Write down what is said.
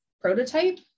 prototype